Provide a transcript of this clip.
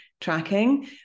tracking